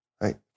right